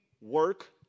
work